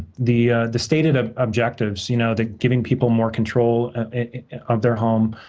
the the stated ah objectives, you know the getting people more control of their home,